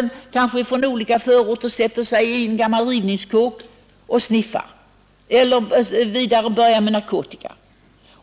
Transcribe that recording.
in ungar från olika förorter och sätter sig i en gammal rivningskåk för att sniffa eller börja med narkotika.